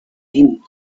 din